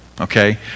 okay